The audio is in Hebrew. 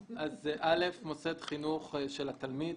מוסד חינוך של התלמיד.